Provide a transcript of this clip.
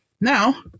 Now